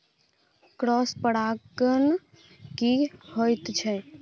Cross परागण की होयत छै?